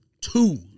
Two